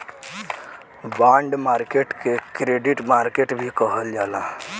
bond market के credit market भी कहल जाला